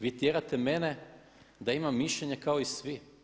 Vi tjerate mene da imam mišljenje kao i svi.